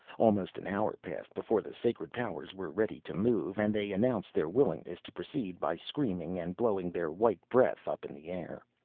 almost an hour passed before the sacred powers were ready to move, and they announced their willingness to proceed by screaming and blowing their white breath up in the air.